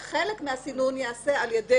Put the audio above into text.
חלק מהסינון ייעשה על ידי